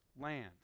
land